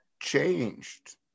changed